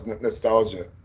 nostalgia